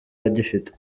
agifite